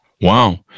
Wow